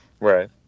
Right